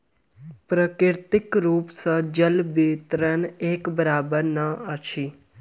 प्राकृतिक रूप सॅ जलक वितरण एक बराबैर नै अछि